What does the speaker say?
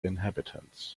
inhabitants